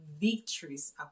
victories